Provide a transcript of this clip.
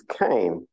came